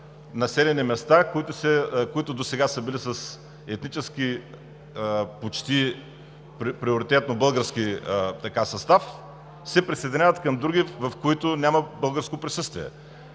населени места, които досега са били с етнически почти приоритетно български състав. Те се присъединяват към други, в които няма българско присъствие.